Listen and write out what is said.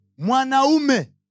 Mwanaume